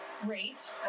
Great